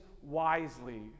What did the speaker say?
wisely